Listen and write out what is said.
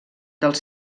dels